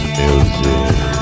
music